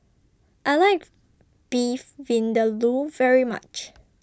I like Beef Vindaloo very much